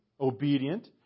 obedient